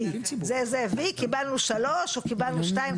זה, זה, וי, קיבלנו שלוש או קיבלנו שניים.